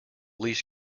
least